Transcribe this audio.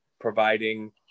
providing